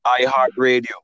iHeartRadio